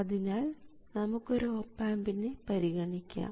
അതിനാൽ നമുക്ക് ഒരു ഓപ് ആമ്പിനെ പരിഗണിക്കാം